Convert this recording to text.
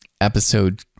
episode